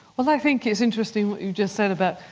well, i think it's interesting what you've just said about.